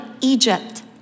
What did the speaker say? Egypt